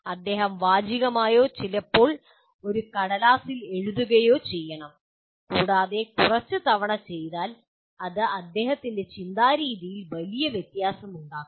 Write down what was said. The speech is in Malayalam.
അദ്ദേഹം വാചികമായോ ചിലപ്പോൾ ഒരു കടലാസിൽ എഴുതുകയോ ചെയ്യണം കൂടാതെ കുറച്ച് തവണ ചെയ്താൽ അത് അദ്ദേഹത്തിന്റെ ചിന്താരീതിയിൽ വലിയ വ്യത്യാസമുണ്ടാക്കും